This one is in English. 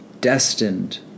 destined